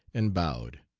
and bowed.